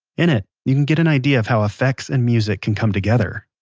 in it, you can get an idea of how effects and music can come together.